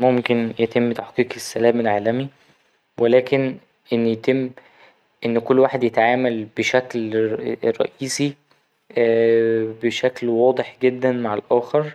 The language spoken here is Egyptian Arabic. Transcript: ممكن يتم تحقيق السلام العالمي ولكن إن يتم إن كل واحد يتعامل بشكل رئيسي بشكل واضح جدا مع الآخر